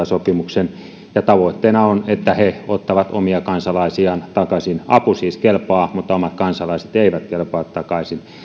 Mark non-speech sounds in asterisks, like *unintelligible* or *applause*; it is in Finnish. *unintelligible* sopimuksen ja tavoitteena on että he ottavat omia kansalaisiaan takaisin apu siis kelpaa mutta omat kansalaiset eivät kelpaa takaisin